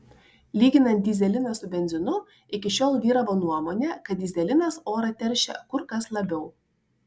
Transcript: lyginant dyzeliną su benzinu iki šiol vyravo nuomonė kad dyzelinas orą teršia kur kas labiau